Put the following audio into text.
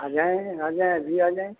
आ जाएँ आ जाएँ अभी आ जाएँ